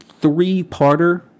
three-parter